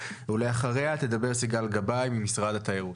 ואחריה תדבר סיגל גבאי ממשרד התיירות.